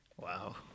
Wow